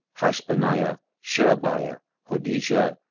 hashabniah, sherebiah, hodijah,